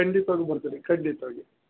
ಖಂಡಿತವಾಗೂ ಬರುತ್ತೀನಿ ಖಂಡಿತವಾಗಿ